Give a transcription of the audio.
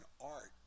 art